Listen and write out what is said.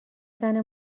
زنه